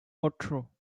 ocho